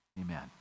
Amen